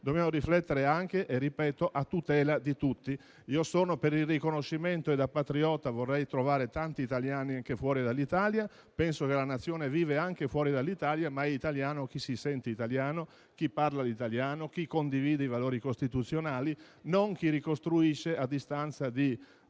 dobbiamo riflettere anche a tutela di tutti. Io sono per il riconoscimento e da patriota vorrei trovare tanti italiani anche fuori dall'Italia. Penso che la Nazione vive anche fuori dall'Italia, ma è italiano chi si sente italiano, chi parla italiano, chi condivide i valori costituzionali, non chi ricostruisce a distanza di